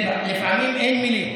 לפעמים אין מילים,